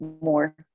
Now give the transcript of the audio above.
more